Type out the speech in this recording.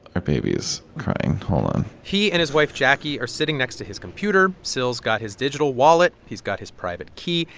our baby is crying. hold on he and his wife, jaquie, are sitting next to his computer. syl's got his digital wallet. he's got his private key.